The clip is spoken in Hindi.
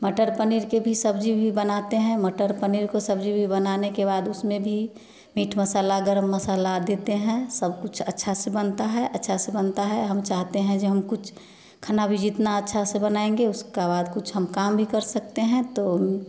मटर पनीर की भी सब्जी भी बनाते हैं मटर पनीर को सब्जी भी बनाने के बाद उसमें भी मीठ मसाला गरम मसाला देते हैं सब कुछ अच्छा से बनता है अच्छा से बनता है हम चाहते हैं जो हम कुछ खाना भी जितना अच्छा से बनाएँगे उसका बाद कुछ हम काम भी कर सकते हैं तो